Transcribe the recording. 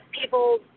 people